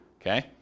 Okay